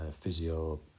physio